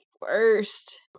Worst